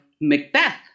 Macbeth